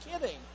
kidding